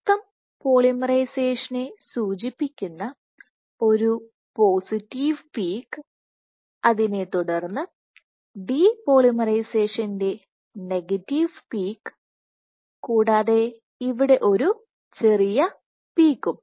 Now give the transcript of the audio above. മൊത്തം പോളിമറൈസേഷനെ സൂചിപ്പിക്കുന്ന ഒരു പോസിറ്റീവ് പീക്ക് അതിനെ തുടർന്ന് ഡിപോളിമറൈസേഷന്റെ നെഗറ്റീവ് പീക്ക് കൂടാതെ ഇവിടെ ഒരു ചെറിയ പീക്കും